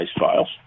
files